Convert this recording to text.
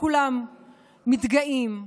שכולם מתגאים,